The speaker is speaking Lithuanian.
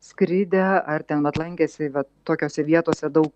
skridę ar ten vat lankęsi vat tokiose vietose daug